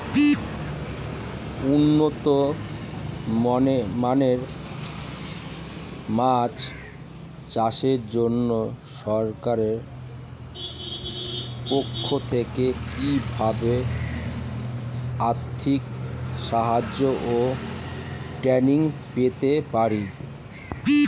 উন্নত মানের মাছ চাষের জন্য সরকার পক্ষ থেকে কিভাবে আর্থিক সাহায্য ও ট্রেনিং পেতে পারি?